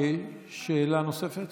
שאלה נוספת?